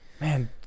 man